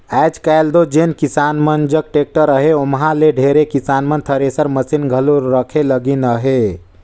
आएज काएल दो जेन किसान मन जग टेक्टर अहे ओमहा ले ढेरे किसान मन थेरेसर मसीन घलो रखे लगिन अहे